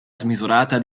smisurata